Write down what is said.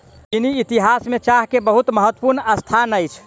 चीनी इतिहास में चाह के बहुत महत्वपूर्ण स्थान अछि